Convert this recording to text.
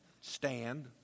stand